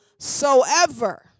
Soever